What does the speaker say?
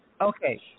Okay